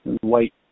white